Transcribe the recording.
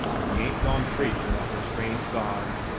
we ain't gone traipsin' after strange gods,